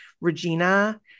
Regina